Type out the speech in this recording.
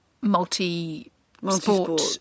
multi-sport